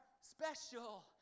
special